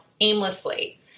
aimlessly